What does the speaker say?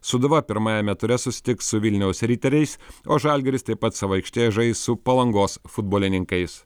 sūduva pirmajame ture susitiks su vilniaus riteriais o žalgiris taip pat savo aikštėje žais su palangos futbolininkais